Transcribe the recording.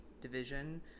division